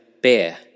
beer